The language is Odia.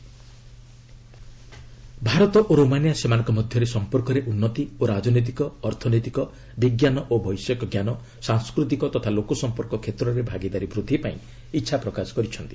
ଭାଇସ୍ ପ୍ରେସିଡେଣ୍ଟ ଭାରତ ଓ ରୋମାନିଆ ସେମାନଙ୍କ ମଧ୍ୟରେ ସମ୍ପର୍କରେ ଉନ୍ନତି ଓ ରାଜନୈତିକ ଅର୍ଥନୈତିକ ବିଜ୍ଞାନ ଓ ବୈଷୟିକ ଜ୍ଞାନ ସାଂସ୍କୃତିକ ତଥା ଲୋକ ସମ୍ପର୍କ କ୍ଷେତ୍ରରେ ଭାଗିଦାରୀ ବୃଦ୍ଧିପାଇଁ ଇଚ୍ଚା ପ୍ରକାଶ କରିଛନ୍ତି